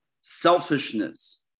Selfishness